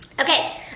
okay